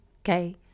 Okay